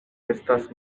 estas